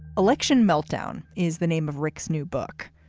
election meltdown is the name of rick's new book.